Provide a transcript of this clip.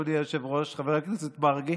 אדוני היושב-ראש חבר הכנסת מרגי: